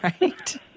right